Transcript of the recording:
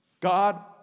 God